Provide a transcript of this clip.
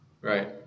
right